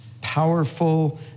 powerful